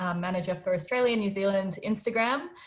um manager for australia new zealand instagram.